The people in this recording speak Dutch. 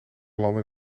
landen